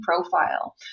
profile